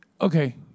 Okay